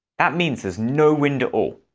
that means there's no wind at all.